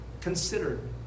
considered